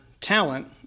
talent